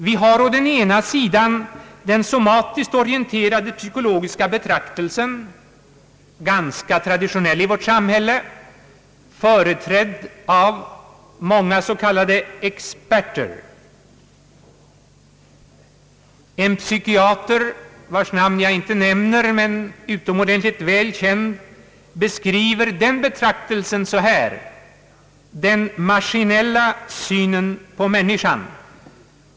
Vi har å ena sidan den somatiskt orienterade psykologiska betraktelsen — ganska traditionell i vårt samhälle — företrädd av många experter. En psykiater, vilkens namn jag inte nämner men som är utomordentligt väl känd, beskriver den betraktelsen som den maskinella synen på människan.